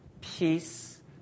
peace